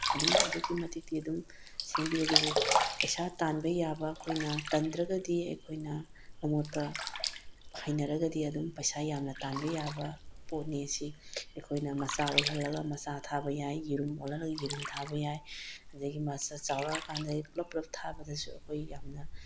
ꯑꯗꯨꯝ ꯑꯗꯨꯛꯀꯤ ꯃꯇꯤꯛꯇꯤ ꯑꯗꯨꯝ ꯁꯦꯝꯕꯤ ꯑꯗꯨꯕꯨ ꯄꯩꯁꯥ ꯇꯥꯟꯕ ꯌꯥꯕ ꯑꯩꯈꯣꯏꯅ ꯇꯟꯗ꯭ꯔꯒꯗꯤ ꯑꯩꯈꯣꯏꯅ ꯑꯃꯣꯠꯄ ꯍꯩꯅꯔꯒꯗꯤ ꯑꯗꯨꯝ ꯄꯩꯁꯥ ꯌꯥꯝꯅ ꯇꯥꯟꯕ ꯌꯥꯕ ꯄꯣꯠꯅꯤ ꯁꯤ ꯑꯩꯈꯣꯏꯅ ꯃꯆꯥ ꯑꯣꯜꯍꯜꯂꯒ ꯃꯆꯥ ꯊꯥꯕ ꯌꯥꯏ ꯌꯦꯔꯨꯝ ꯑꯣꯜꯍꯜꯂꯒ ꯌꯦꯔꯨꯝ ꯊꯥꯕ ꯌꯥꯏ ꯑꯗꯒꯤ ꯃꯆꯥ ꯆꯥꯎꯔꯛꯑꯀꯥꯟꯗꯗꯤ ꯄꯨꯟꯂꯞ ꯄꯨꯟꯂꯞ ꯊꯥꯕꯗꯁꯨ ꯑꯩꯈꯣꯏꯅ ꯌꯥꯝꯅ